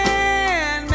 Man